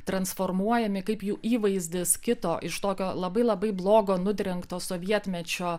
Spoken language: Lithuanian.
transformuojami kaip jų įvaizdis kito iš tokio labai labai blogo nudrengto sovietmečio